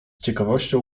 ciekawością